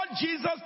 Jesus